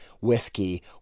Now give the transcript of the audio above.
whiskey